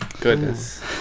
goodness